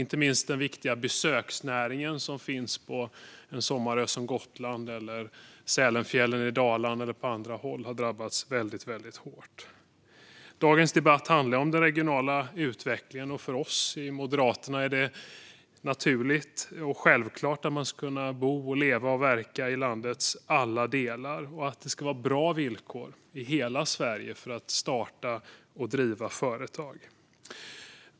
Inte minst den viktiga besöksnäringen, till exempel på en sommarö som Gotland, i Sälenfjällen i Dalarna och på andra håll, har drabbats väldigt hårt. Denna debatt handlar om den regionala utvecklingen. För oss i Moderaterna är det naturligt och självklart att man ska kunna bo, leva och verka i landets alla delar. Och det ska vara bra villkor i hela Sverige för att starta och driva företag. Fru talman!